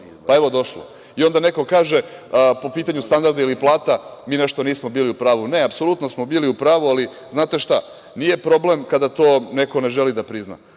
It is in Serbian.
Pa, evo, došlo. Onda neko kaže po pitanju standarda ili plata – mi nešto nismo bili u pravu. Ne, apsolutno smo bili u pravu, ali, znate šta, nije problem kada to nekome želi da prizna,